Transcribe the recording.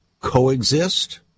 Coexist